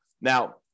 Now